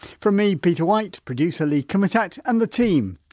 from me, peter white, producer lee kumutat and the team,